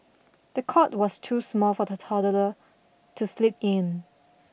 the cot was too small for the toddler to sleep in